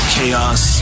Chaos